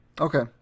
Okay